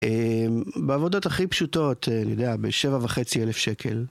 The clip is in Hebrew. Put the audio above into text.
בעבודות הכי פשוטות, אני יודע, בשבע וחצי אלף שקל.